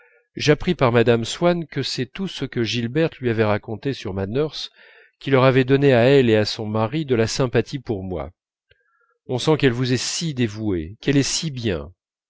j'appris par mme swann que c'est tout ce que gilberte lui avait raconté sur ma nurse qui leur avait donné à elle et à son mari de la sympathie pour moi on sent qu'elle vous est si dévouée qu'elle est si bien